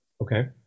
Okay